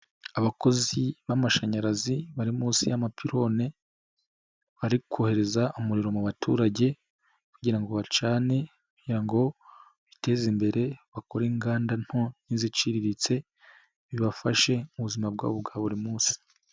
Abakozi b'amashanyarazi bari munsi y'amapirone, bari kohereza umuriro mu baturage kugira ngo bacane kugira ngo biteze imbere, bakore inganda nto n'iziciriritse bibafashe mu buzima bwabo bwa buri munsi.